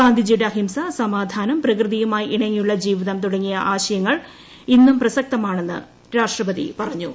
ഗാന്ധിജിയുടെ അഹിംസസമാധാനം പ്രകൃതിയുമായി ഇണങ്ങിയുള്ള ജീവിതം തുടങ്ങിയ ആശയങ്ങൾ ഇന്നും പ്രസക്തമാണെന്ന് രാഷ്ട്രപതി പറഞ്ഞു